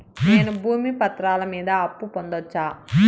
నేను భూమి పత్రాల మీద అప్పు పొందొచ్చా?